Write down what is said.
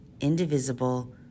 indivisible